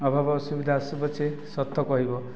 ଅଭାବ ଅସୁବିଧା ଆସୁ ପଛେ ସତ କହିବ